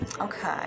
Okay